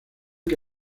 que